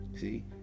See